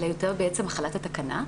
אלא יותר החלת התקנה.